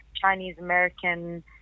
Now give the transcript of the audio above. Chinese-American